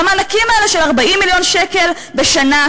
והמענקים האלה של 40 מיליון שקל בשנה,